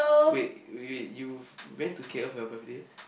wait wait you went to k_l for your birthday